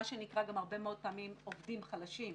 מה שנקרא הרבה מאוד פעמים "עובדים חלשים",